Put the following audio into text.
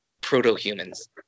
Proto-humans